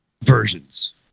versions